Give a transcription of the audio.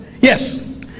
yes